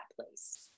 place